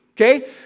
okay